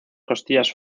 costillas